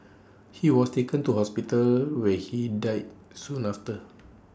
he was taken to hospital where he died soon after